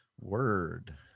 Word